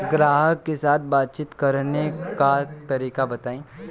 ग्राहक के साथ बातचीत करने का तरीका बताई?